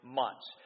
months